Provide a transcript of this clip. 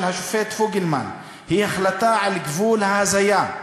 השופט פוגלמן היא החלטה על גבול ההזיה,